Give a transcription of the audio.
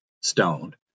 stoned